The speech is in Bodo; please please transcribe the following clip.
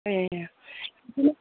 ए